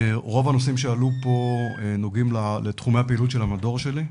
רוב הנושאים שעלו פה נוגעים לתחומי הפעילות של המדור שלי,